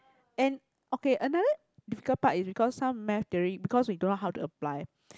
and okay another difficult part is because some math theory because we don't know how to apply